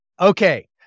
Okay